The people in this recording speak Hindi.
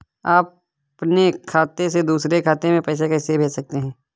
अपने खाते से दूसरे खाते में पैसे कैसे भेज सकते हैं?